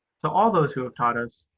to all those who have taught us,